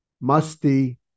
musty